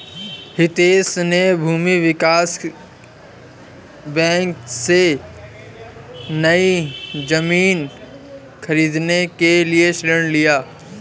हितेश ने भूमि विकास बैंक से, नई जमीन खरीदने के लिए ऋण लिया